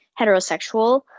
heterosexual